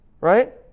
right